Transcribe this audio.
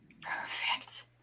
perfect